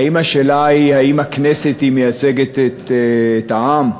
האם השאלה היא האם הכנסת מייצגת את העם?